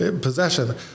possession